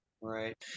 right